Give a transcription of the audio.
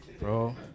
Bro